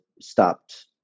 stopped